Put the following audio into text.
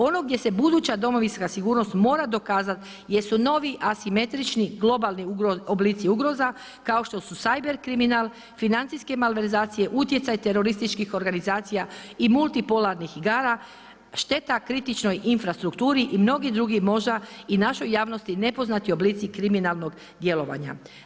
Ono gdje se buduća domovinska sigurnost mora dokazati jesu novi asimetrični globalni oblici ugroza kao štos u ciber kriminal, financijske malverzacije, utjecaj terorističkih organizacija i multi polarnih igra, šteta kritičnoj infrastrukturi i mnogi drugi možda i našoj javnosti nepoznati oblici kriminalnog djelovanja.